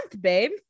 babe